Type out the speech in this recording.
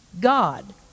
God